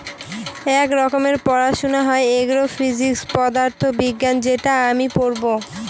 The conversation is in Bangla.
এক রকমের পড়াশোনা হয় এগ্রো ফিজিক্স পদার্থ বিজ্ঞান যেটা আমি পড়বো